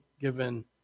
given